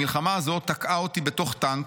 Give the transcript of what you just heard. המלחמה הזו תקעה אותי בתוך טנק,